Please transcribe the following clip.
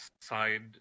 side